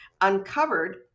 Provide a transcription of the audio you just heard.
uncovered